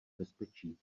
bezpečí